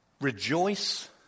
Rejoice